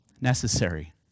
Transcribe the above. necessary